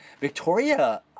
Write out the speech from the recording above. Victoria